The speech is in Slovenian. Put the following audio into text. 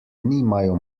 nimajo